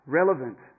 relevant